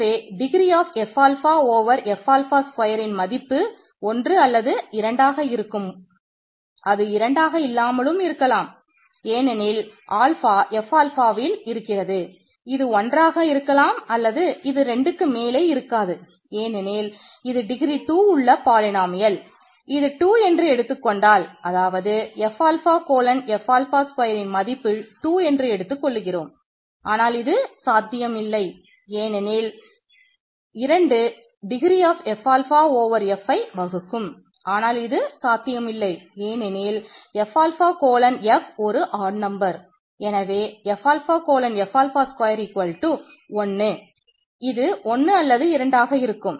எனவே டிகிரி ஆக இருக்கும்